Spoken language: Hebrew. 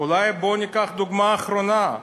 אולי, בואו ניקח דוגמה אחרונה,